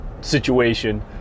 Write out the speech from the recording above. situation